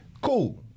Cool